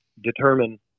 determine